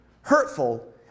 hurtful